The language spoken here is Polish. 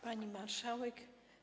Pani Marszałek!